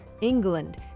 England